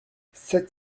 sept